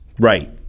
Right